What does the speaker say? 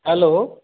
hello